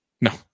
No